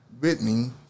Whitney